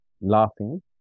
laughing